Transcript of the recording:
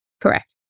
Correct